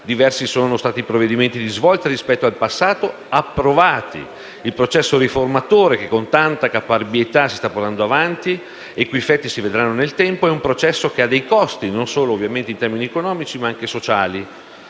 Diversi sono stati i provvedimenti di svolta rispetto al passato approvati. Il processo riformatore, che con tanta caparbietà si sta portando avanti e i cui effetti si vedranno nel tempo, è un processo che ha dei costi, non solo ovviamente in termini economici ma anche in